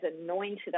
anointed